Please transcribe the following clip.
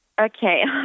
Okay